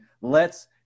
lets